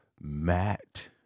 Matt